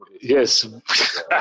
Yes